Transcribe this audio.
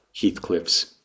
Heathcliff's